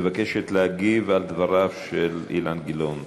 מבקשת להגיב על דבריו של אילן גילאון.